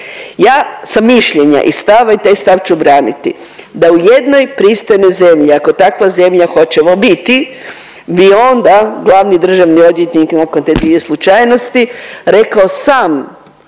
Ja sam mišljenja i stava i taj stav ću braniti da u jednoj pristojnoj zemlji ako takva zemlja hoćemo biti bi onda glavni državni odvjetnik nakon te dvije slučajnosti rekao sam